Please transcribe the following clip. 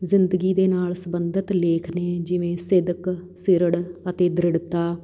ਜ਼ਿੰਦਗੀ ਦੇ ਨਾਲ ਸੰਬੰਧਿਤ ਲੇਖ ਨੇ ਜਿਵੇਂ ਸਿਦਕ ਸਿਰੜ ਅਤੇ ਦ੍ਰਿੜਤਾ